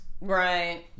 Right